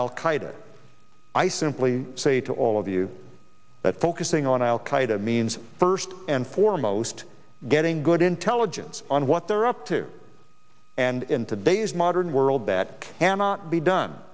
qaeda i simply say to all of you that focusing on al qaeda means first and foremost getting good intelligence on what they're up to and in today's modern world that cannot be done